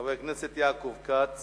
חבר הכנסת יעקב כץ